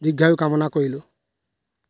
দীৰ্ঘায়ু কামনা কৰিলোঁ